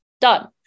Done